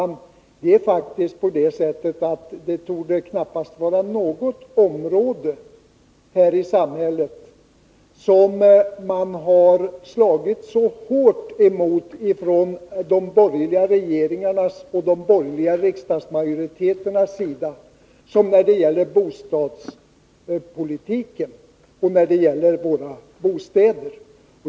Nej, fru talman, det torde faktiskt inte finnas något område i samhället som de borgerliga regeringarna och de borgerliga riksdagsmajoriteterna har slagit så hårt mot som just bostadspolitiken, våra bostäder.